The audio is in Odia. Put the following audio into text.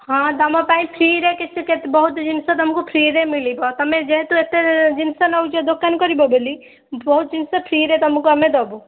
ହଁ ତୁମ ପାଇଁ ଫ୍ରିରେ କିଛି କେତେ ବହୁତ ଜିନିଷ ତୁମ ପାଇଁ ଫ୍ରିରେ ମିଳିବ ତୁମେ ଯେହେତୁ ଏତେ ଜିନିଷ ନେଉଛ ଦୋକାନ କରିବ ବୋଲି ବହୁତ ଜିନିଷ ଫ୍ରିରେ ତୁମକୁ ଆମେ ଦେବୁ